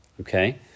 Okay